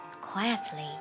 Quietly